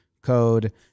code